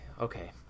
Okay